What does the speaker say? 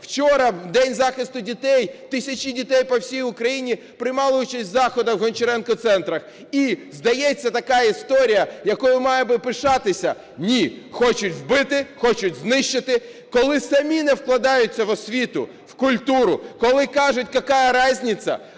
Вчора в День захисту дітей тисячі дітей по всій України приймали участь у заходах у "Гончаренко центрах". І, здається, така історія, якою мали би пишатися. Ні! Хочуть вбити, хочуть знищити. Коли самі не вкладаються в освіту, в культуру, коли кажуть "какая разница",